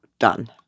done